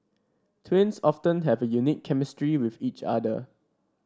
twins often have a unique chemistry with each other